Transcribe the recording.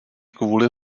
kvůli